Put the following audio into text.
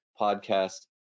podcast